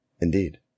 Indeed